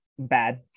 bad